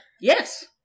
Yes